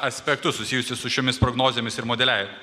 aspektus susijusius su šiomis prognozėmis ir modeliavimu